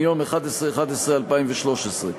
מיום 11 בנובמבר 2013,